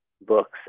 books